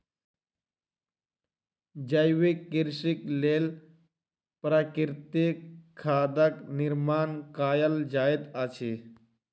जैविक कृषिक लेल प्राकृतिक खादक निर्माण कयल जाइत अछि